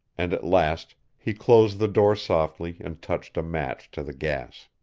and at last he closed the door softly and touched a match to the gas.